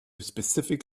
specific